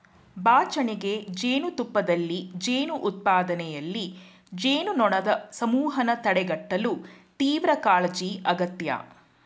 ಬಾಚಣಿಗೆ ಜೇನುತುಪ್ಪದಲ್ಲಿ ಜೇನು ಉತ್ಪಾದನೆಯಲ್ಲಿ, ಜೇನುನೊಣದ್ ಸಮೂಹನ ತಡೆಗಟ್ಟಲು ತೀವ್ರಕಾಳಜಿ ಅಗತ್ಯ